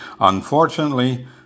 Unfortunately